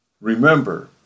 Remember